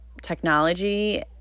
Technology